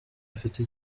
afite